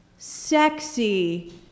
sexy